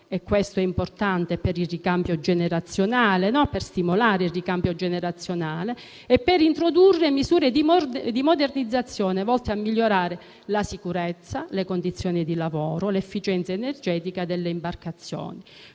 (aspetto importante per stimolare il ricambio generazionale) e per introdurre misure di modernizzazione volte a migliorare la sicurezza, le condizioni di lavoro e l'efficienza energetica delle imbarcazioni.